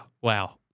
wow